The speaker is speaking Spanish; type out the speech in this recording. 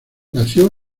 nació